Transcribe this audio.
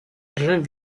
dżem